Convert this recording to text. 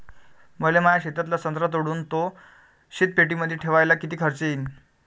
मले माया शेतातला संत्रा तोडून तो शीतपेटीमंदी ठेवायले किती खर्च येईन?